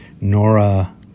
Nora